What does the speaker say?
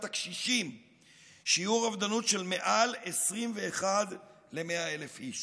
הקשישים שיעור אובדנות של מעל 21 ל-100,000 איש.